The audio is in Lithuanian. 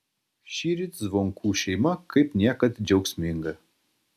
šįryt zvonkų šeima kaip niekad džiaugsminga